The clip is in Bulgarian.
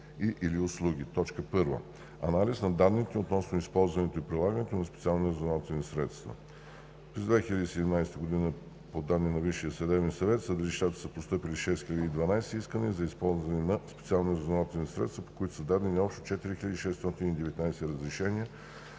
и/или услуги. 1. Анализ на данните относно използването и прилагането на специалните разузнавателни средства. През 2017 г. по данни на Висшия съдебен съвет в съдилищата са постъпили 6012 искания за използване на специални разузнавателни средства, по които са дадени общо 4619 разрешения